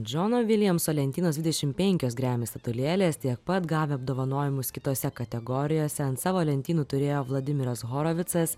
džono viljamso lentynosedvudešim penkios grammy statulėlės tiek pat gavę apdovanojimus kitose kategorijose ant savo lentynų turėjo vladimiras horovicas